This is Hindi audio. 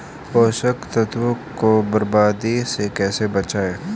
पोषक तत्वों को बर्बादी से कैसे बचाएं?